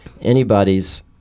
anybody's